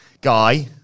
guy